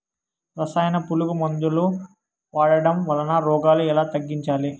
రసాయన పులుగు మందులు వాడడం వలన రోగాలు ఎలా తగ్గించాలి?